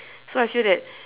so I feel that